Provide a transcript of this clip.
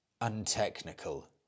untechnical